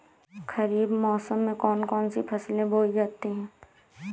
खरीफ मौसम में कौन कौन सी फसलें बोई जाती हैं?